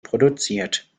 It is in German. produziert